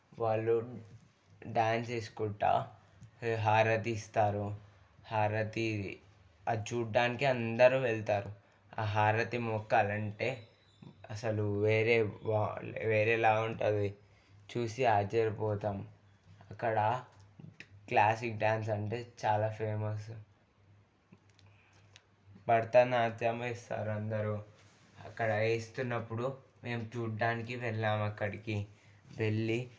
వాళ్ళు డ్యాన్స్ చేసుకుంటు హారతి ఇస్తారు హారతి అది చూడడానికి అందరు వెళ్తారు ఆ హారతి మొక్కాలి అంటే అసలు వేరే వేరేలాగా ఉంటుంది చూసి ఆశ్చర్యపోతాం అక్కడ క్లాసిక్ డ్యాన్స్ అంటే చాలా ఫేమస్ భరతనాట్యం వేస్తారు అందరు అక్కడ వేస్తున్నప్పుడు మేము చూడడానికి వెళ్ళాము అక్కడికి వెళ్ళి